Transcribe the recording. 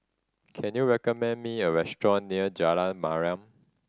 can you recommend me a restaurant near Jalan Mariam